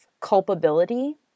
culpability